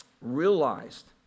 realized